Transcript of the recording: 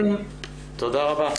תודה רבה.